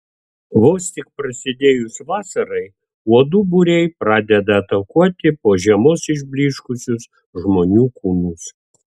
vos tik prasidėjus vasarai uodų būriai pradeda atakuoti po žiemos išblyškusius žmonių kūnus